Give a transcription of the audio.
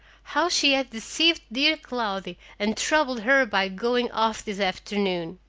how she had deceived dear cloudy and troubled her by going off this afternoon!